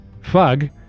Fug